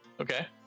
Okay